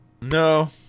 no